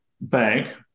Bank